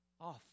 off